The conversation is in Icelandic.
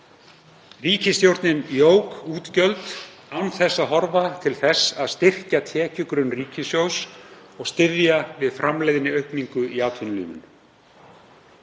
Ríkisstjórnin jók útgjöld án þess að horfa til þess að styrkja tekjugrunn ríkissjóðs og styðja við framleiðniaukningu í atvinnulífinu.